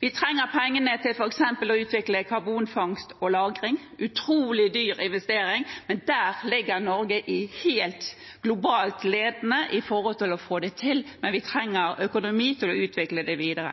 Vi trenger pengene til f.eks. å utvikle karbonfangst og -lagring – en utrolig dyr investering. Der er Norge ledende globalt når det gjelder å få det til, men vi trenger økonomi til å utvikle det videre.